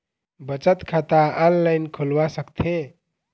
बचत खाता ऑनलाइन खोलवा सकथें?